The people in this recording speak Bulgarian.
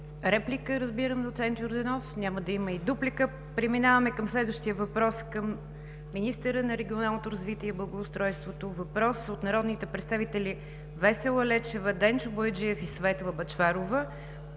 реплика, разбирам, доцент Йорданов. Няма да има и дуплика. Преминаваме към следващия въпрос към министъра на регионалното развитие и благоустройството – въпрос от народните представители Весела Лечева, Денчо Бояджиев и Светла Бъчварова